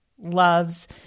loves